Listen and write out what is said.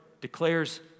declares